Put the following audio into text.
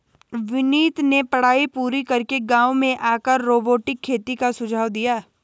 विनीत ने पढ़ाई पूरी करके गांव में आकर रोबोटिक खेती का सुझाव दिया